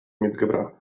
mitgebracht